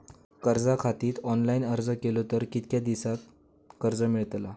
कर्जा खातीत ऑनलाईन अर्ज केलो तर कितक्या दिवसात कर्ज मेलतला?